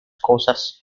cosas